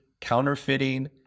counterfeiting